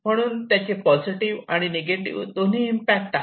म्हणून त्यांचे पॉझिटिव्ह आणि निगेटिव्ह दोन्ही इम्पॅक्ट आहेत